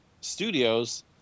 Studios